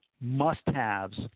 must-haves